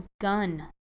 gun